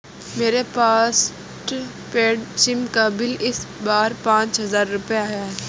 मेरे postpaid sim का bill इस बार पाँच हजार रुपए आया था